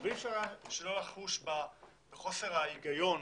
אבל אי אפשר שלא לחוש בחוסר ההיגיון,